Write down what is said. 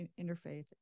interfaith